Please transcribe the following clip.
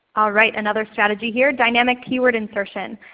right, another strategy here, dynamic keyword insertion.